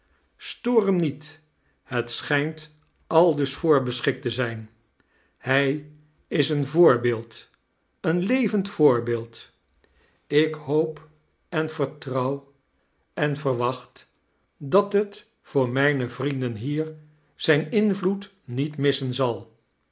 stoor hem niet het schijnt aldus voorbeschikt te zijn hij is een voorbeeld een levend voorbeeld ik hoop en vertrouw en verwacht dat het voor mijne vrienden hier zijn invloed niet mis-sen zal